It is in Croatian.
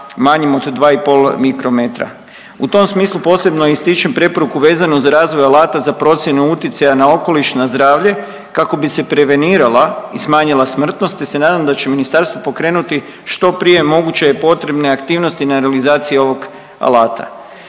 manjim od 2,5 mikrometra. U tom smislu posebno ističem preporuku vezanu za razvoj alata za procjenu utjecaja na okoliš na zdravlje kako bi se prevenirala i smanjila smrtnost te se nadam da će ministarstvo pokrenuti što prije moguće je potrebne aktivnosti na realizaciji ovog alata.